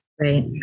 right